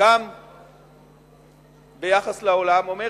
גם ביחס לעולם, אומר